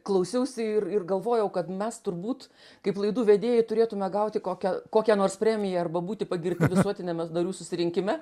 klausiausi ir ir galvojau kad mes turbūt kaip laidų vedėjai turėtume gauti kokią kokią nors premiją arba būti pagirti visuotiniame narių susirinkime